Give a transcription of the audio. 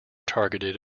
targeted